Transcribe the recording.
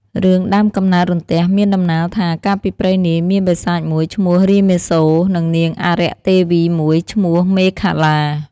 រឿង ដើមកំណើតរន្ទះ មានដំណាលថា កាលពីព្រេងនាយ មានបិសាចមួយ ឈ្មោះរាមាសូរ និងនាងអារក្ខទេវីមួយ ឈ្មោះមេខលា ។